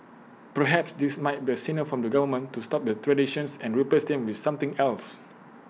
perhaps this might be A signal from the government to stop the traditions and replace them with something else